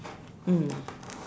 mm